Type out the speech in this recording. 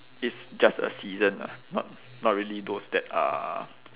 it's just a season ah not not really those that are